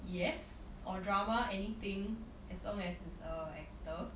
yes or drama anything as long as is a actor